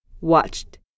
Watched